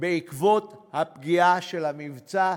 בעקבות הפגיעה של המבצע,